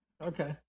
Okay